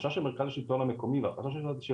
החשש של מרכז השלטון המקומי והחשש של